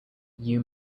you